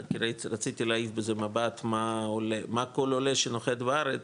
כי רציתי להעיף בזה מבט, מה כל עולה שנוחת בארץ,